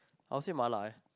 I would said mala eh